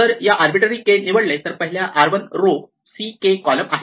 जर एक arbitrary k निवडले तर पहिल्यामध्ये r 1 row c k column आहेत